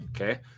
Okay